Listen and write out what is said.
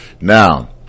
Now